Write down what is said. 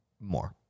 more